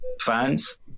fans